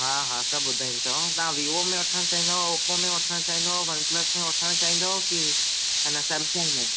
हा हा सभु ॿुधाईंदोसाव तव्हां वीवो में वठण चाहींदव ओपो में वठण चाहींदव वन प्लस में वठण चाहींदव की ए न सेमसंग में